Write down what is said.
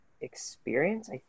experience